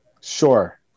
sure